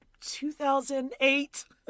2008